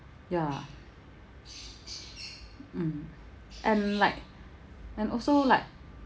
ya mm and like and also like